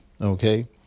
okay